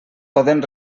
poden